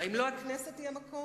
האם לא הכנסת היא המקום?